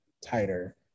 tighter